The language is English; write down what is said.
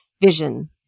vision